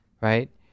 right